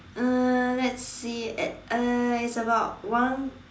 uh let's see at uh it's about one